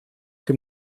dem